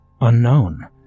unknown